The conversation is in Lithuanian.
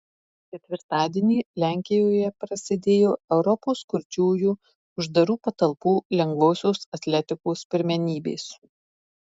ketvirtadienį lenkijoje prasidėjo europos kurčiųjų uždarų patalpų lengvosios atletikos pirmenybės